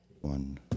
One